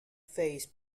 face